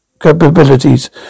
capabilities